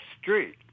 Street